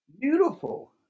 Beautiful